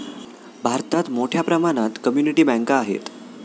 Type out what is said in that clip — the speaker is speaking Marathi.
भारतात मोठ्या प्रमाणात कम्युनिटी बँका आहेत